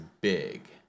big